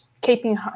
keeping